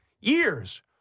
years